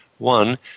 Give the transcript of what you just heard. One